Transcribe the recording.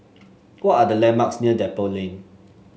what are the landmarks near Depot Lane